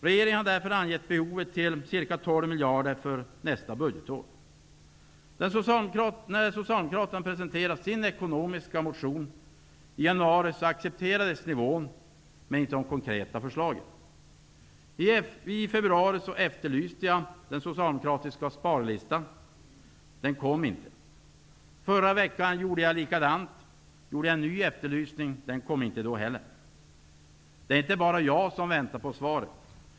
Regeringen har därför angett behovet till ca 12 miljarder för nästa budgetår. När socialdemokraterna presenterade sin ekonomiska motion i januari accepterades nivån, men inte de konkreta förslagen. I februari efterlyste jag den socialdemokratiska sparlistan. Den kom inte. Förra veckan gjorde jag en ny efterlysning. Den kom inte då heller. Det är inte bara jag som väntar på svaret.